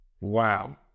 wow